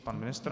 Pan ministr?